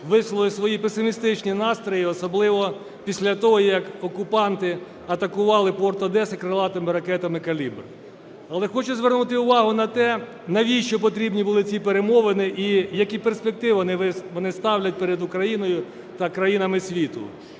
висловили свої песимістичні настрої, особливо після того, як окупанти атакували порт Одеси крилатими ракетами "Калібр". Але хочу звернути увагу на те, навіщо потрібні були ці перемовини, і, які перспективи вони ставлять перед Україною та країнами світу.